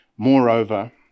Moreover